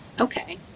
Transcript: Okay